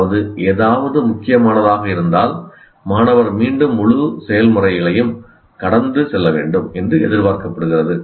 அதாவது ஏதாவது முக்கியமானதாக இருந்தால் மாணவர் மீண்டும் முழு செயல்முறையையும் கடந்து செல்ல வேண்டும் என்று எதிர்பார்க்கப்படுகிறது